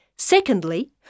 Secondly